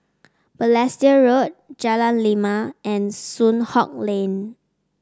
Balestier Road Jalan Lima and Soon Hock Lane